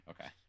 Okay